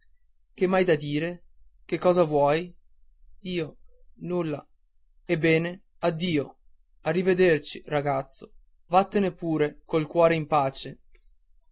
m hai da dire che cosa vuoi dire io nulla ebbene addio a rivederci ragazzo vattene pure col cuore in pace